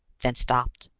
then stopped.